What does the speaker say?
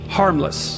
harmless